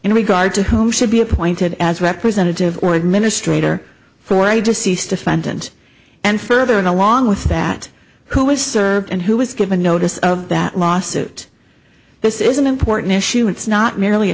in regard to who should be appointed as representative or administrator for a deceased defendant and further in along with that who is served and who was given notice of that lawsuit this is an important issue it's not merely a